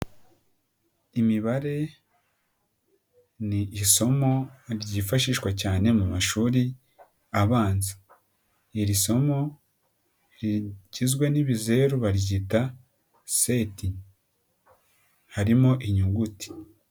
Imibare ni isomo ryifashishwa cyane mu mashuri abanza. Iri somo rigizwe n'ibizeru baryita seti harimo inyuguti.